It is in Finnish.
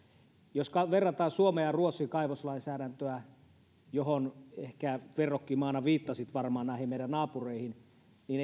jos verrataan suomen ja ruotsin kaivoslainsäädäntöä verrokkimailla viittasitte varmaan näihin meidän naapureihin niin